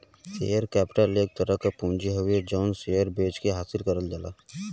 share capital एक तरह क पूंजी हउवे जौन शेयर बेचके हासिल करल जाला